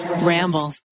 Ramble